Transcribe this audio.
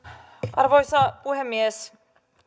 arvoisa puhemies